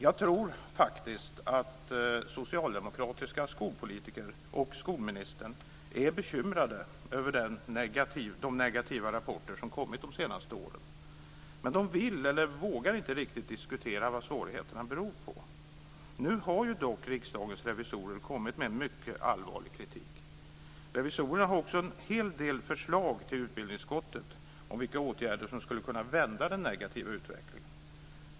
Jag tror faktiskt att socialdemokratiska skolpolitiker och skolministern är bekymrade över de negativa rapporter som kommit de senaste åren men de vill eller vågar inte riktigt diskutera vad svårigheterna beror på. Nu har Riksdagens revisorer kommit med mycket allvarlig kritik. Men revisorerna har också en hel del förslag till utbildningsutskottet om vilka åtgärder som skulle kunna vända den negativa utvecklingen.